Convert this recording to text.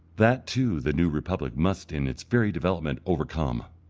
that too the new republic must in its very development overcome.